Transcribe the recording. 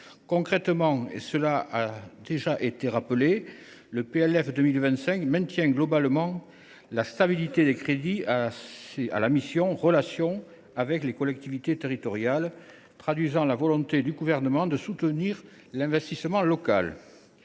Concrètement, le PLF pour 2025 maintient globalement la stabilité des crédits de la mission « Relations avec les collectivités territoriales », ce qui traduit la volonté du Gouvernement de soutenir l’investissement local.